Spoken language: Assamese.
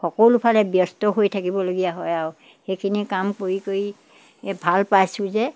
সকলোফালে ব্যস্ত হৈ থাকিবলগীয়া হয় আৰু সেইখিনি কাম কৰি কৰি এই ভাল পাইছোঁ যে